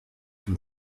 from